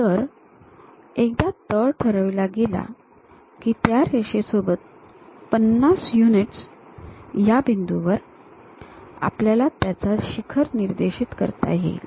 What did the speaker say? तर एकदा तळ ठरविला गेला की त्या रेषेसोबत 50 युनिट्स या बिंदूवर आपल्याला त्याचा शिखर निर्देशित करता येईल